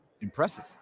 impressive